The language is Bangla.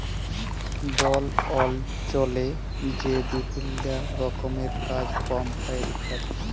বল অল্চলে যে বিভিল্ল্য রকমের কাজ কম হ্যয় ইত্যাদি